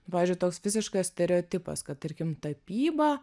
nu pavyzdžiui toks visiškas stereotipas kad tarkim tapyba